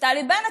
נפתלי בנט,